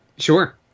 Sure